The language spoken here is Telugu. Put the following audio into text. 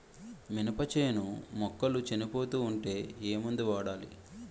మినప చేను మొక్కలు చనిపోతూ ఉంటే ఏమందు వాడాలి?